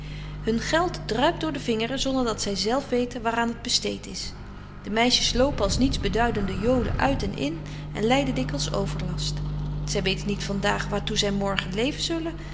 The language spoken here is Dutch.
hun geld druipt door de vingeren zonder dat zy zelf weten betje wolff en aagje deken historie van mejuffrouw sara burgerhart waar aan het besteet is de meisjes lopen als niets beduidende jolen uit en in en lyden dikwyls overlast zy weten niet van daag waar toe zy morgen leven zullen